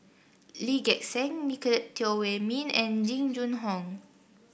Lee Gek Seng Nicolette Teo Wei Min and Jing Jun Hong